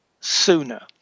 sooner